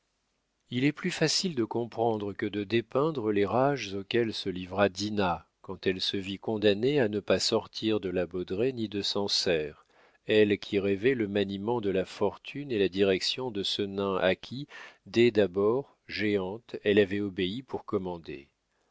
il est plus facile de comprendre que de dépeindre les rages auxquelles se livra dinah quand elle se vit condamnée à ne pas sortir de la baudraye ni de sancerre elle qui rêvait le maniement de la fortune et la direction de ce nain à qui dès l'abord géante elle avait obéi pour commander